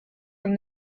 from